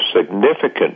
significant